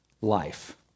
life